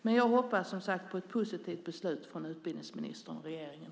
Men jag hoppas, som sagt, på ett positivt beslut från utbildningsministern och regeringen.